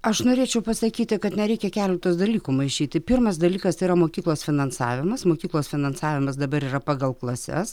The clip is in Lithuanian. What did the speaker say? aš norėčiau pasakyti kad nereikia keletos dalykų maišyti pirmas dalykas yra mokyklos finansavimas mokyklos finansavimas dabar yra pagal klases